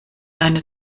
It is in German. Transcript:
eine